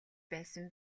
байсан